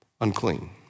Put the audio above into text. unclean